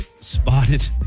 spotted